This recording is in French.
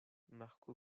marco